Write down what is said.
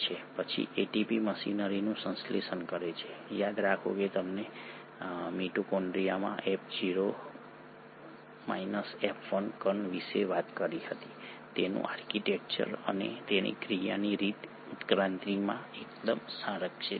પછી એટીપી મશીનરીનું સંશ્લેષણ કરે છે યાદ રાખો કે આપણે મિટોકોન્ડ્રિયામાં F0 F1 કણ વિશે વાત કરી હતી તેનું આર્કિટેક્ચર અને તેની ક્રિયાની રીત ઉત્ક્રાંતિમાં એકદમ સંરક્ષિત છે